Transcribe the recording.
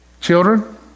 Children